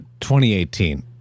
2018